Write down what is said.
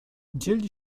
dzieli